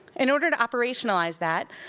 in order to operationalize that,